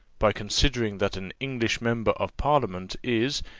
by considering that an english member of parliament is,